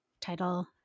title